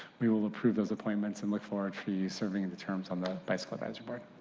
we will approve those appointments and look forward to you serving and turns on the bicycle advisory board.